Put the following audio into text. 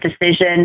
decision